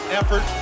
effort